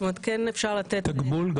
זאת אומרת כן אפשר לתת תגמול,